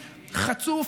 חצוף,